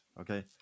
Okay